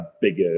bigger